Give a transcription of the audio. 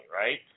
right